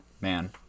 man